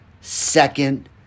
second